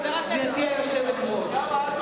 גברתי היושבת-ראש,